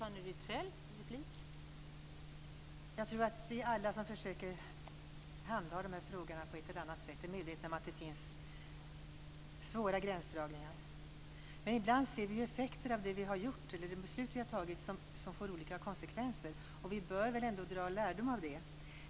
Fru talman! Jag tror att vi alla som försöker handha dessa frågor på ett eller annat sätt är medvetna om att det finns svåra gränsdragningar. Men ibland ser vi effekter av de beslut som vi har fattat. Vi bör väl ändå dra lärdom av det.